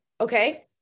okay